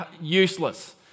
useless